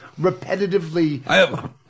repetitively